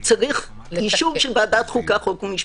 צריך אישור של ועדת החוקה, חוק ומשפט.